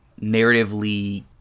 narratively